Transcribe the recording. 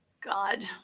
God